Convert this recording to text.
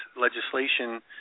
legislation